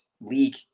league